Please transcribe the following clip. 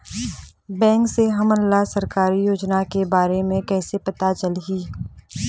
Bank से हमन ला सरकारी योजना के बारे मे कैसे पता चलही?